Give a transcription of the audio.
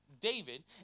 David